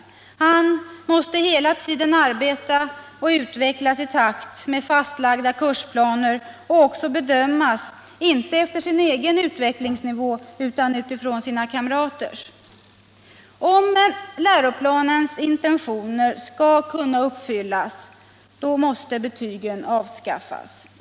Han måste hela tiden arbeta och utvecklas i takt med fastlagda kursplanen och också bedömas inte efter sin egen utvecklingsnivå utan utifrån sina kamraters. Om läroplanens intentioner skall kunna uppfyllas måste betygen avskaffas.